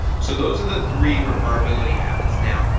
so those are the three referability habits. now,